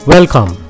Welcome